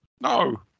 No